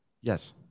Yes